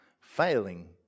Failing